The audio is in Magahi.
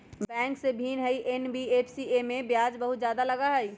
बैंक से भिन्न हई एन.बी.एफ.सी इमे ब्याज बहुत ज्यादा लगहई?